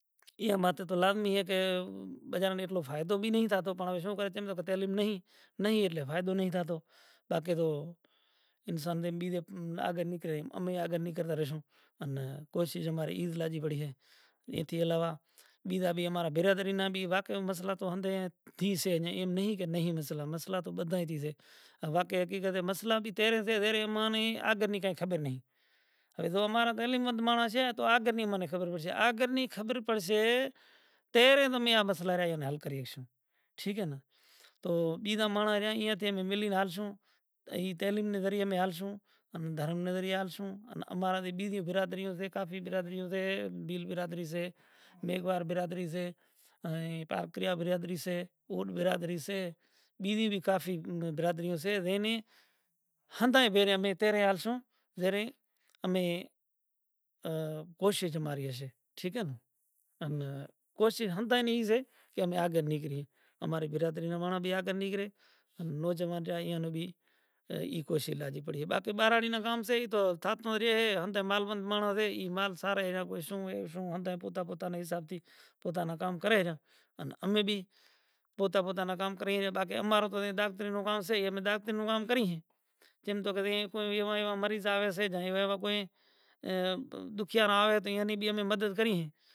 آن وڑے رستاں ماہ کو سہولیت بھی نتھی ملتی گورمنٹ نے طرف چم کہ زے بھی کرے اماری برادری وچاری کرے ہندوکار کرے زے ناں زیتلی پوہچ سے وچارا کو بھنڈارا کریں کو پانڑی وغیرہ پیورائیں، پنڑ اصل میں اماری قوم ناں تکلیف زام سے جیوے طریقے امارو کوئی وجود نتھی بنڑتو امارو کو سوڑی بھی اپاڑے زائیسے تو بھی امارو کو ہانبڑے واڑو نتھی مانڑو دھکا کھائی کھائی وچارو نیٹھ وڑے پوتاں نوں گھر کرے مانڑاں کن زائے تو مانڑو بھی کوئی ہنبڑیا ہاروں تیار نتھی تھیتو تو امارے کجھ سماج ناں اندر کوئی مانڑوں موٹو ہوسے یا مایاپتی سے تو ای بھی ایئاں ناں غلام تھے ماناں ای وات سے بولوا نتھی آتا کہ بھائی تمارو کام نتھی صاحب سے ہانڑ زے تمیں وات کرتا ناں آڑے ایوے حساب تھیں ایوے مانڑاں ناں دبے رہی زائے۔ آج جگت نیں اندر کافی الجھن ہوسے کافی پریشانی سے ایتلیوں پریشانیوں سے کہ مانڑاں وچاراں پوہتاں نوں بیان کری ئی نتھی ہگتو، کوئی تو ایتلے قدر مجبوری سے اینے گھر نے اندر اتلی پیڑا سے اتلی تکلیف سے